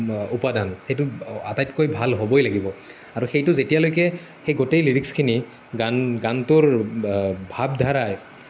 উপাদান সেইটো আটাইতকৈ ভাল হ'বই লাগিব আৰু সেইটো যেতিয়ালৈকে সেই গোটেই লিৰিক্সখিনি গান গানটোৰ ভাৱধাৰাই